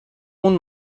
اون